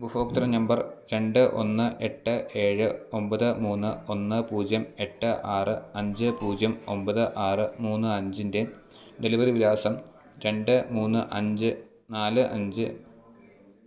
ഉപഭോക്തൃ നമ്പർ രണ്ട് ഒന്ന് എട്ട് ഏഴ് ഒമ്പത് മൂന്ന് ഒന്ന് പൂജ്യം എട്ട് ആറ് അഞ്ച് പൂജ്യം ഒമ്പത് ആറ് മൂന്ന് അഞ്ചിന്റെ ഡെലിവറി വിലാസം രണ്ട് മൂന്ന് അഞ്ച് നാല് അഞ്ച്